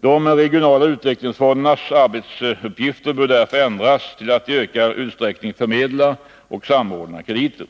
De regionala utvecklingsfondernas arbetsuppgifter bör därför ändras till att i ökad utsträckning gälla förmedling och samordning av krediter.